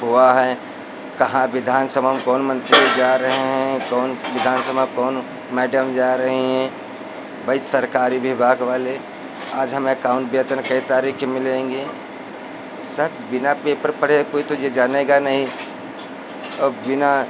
हुआ है कहाँ विधानसभा में कौन मन्त्री जा रहे हैं कौन विधानसभा में कौन मैडम जा रही हैं भाई सरकारी विभाग वाले आज हमें कौन वेतन कइ तारीख के मिलेंगे सर बिना पेपर पढ़े कोई तो यह जानेगा नहीं और बिना